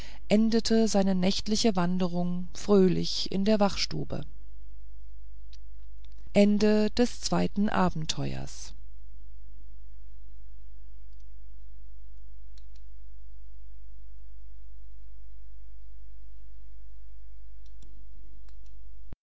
endete seine nächtliche wanderung fröhlich in der wachtstube